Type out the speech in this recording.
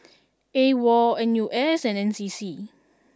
A W O L N U S and N C C